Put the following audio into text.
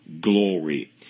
glory